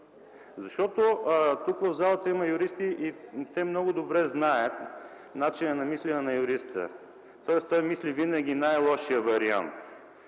варианти. Тук в залата има юристи и те много добре знаят начина на мислене на юриста, тоест той мисли винаги най-лошия вариант.